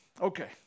Okay